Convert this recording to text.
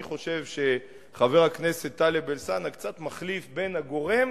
אני חושב שחבר הכנסת טלב אלסאנע קצת מחליף בין הגורם